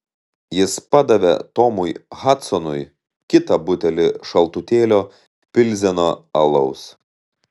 jis padavė tomui hadsonui kitą butelį šaltutėlio pilzeno alaus